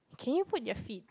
can you put your feet